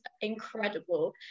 incredible